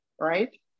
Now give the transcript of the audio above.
right